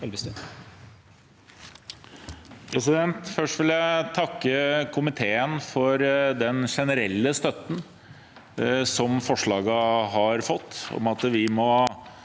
Først vil jeg takke ko- miteen for den generelle støtten forslagene har fått, om at vi må